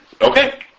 Okay